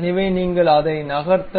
எனவே நீங்கள் அதை நகர்த்த